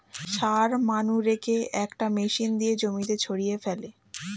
সার মানুরেকে একটা মেশিন দিয়ে জমিতে ছড়িয়ে ফেলে